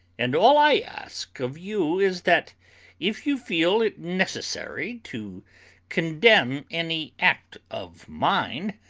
and all i ask of you is that if you feel it necessary to condemn any act of mine,